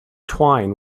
twine